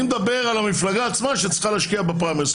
אני מדבר על המפלגה עצמה שצריכה להשקיע בפריימריז,